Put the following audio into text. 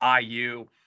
IU